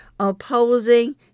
opposing